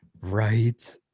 Right